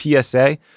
PSA